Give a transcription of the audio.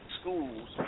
schools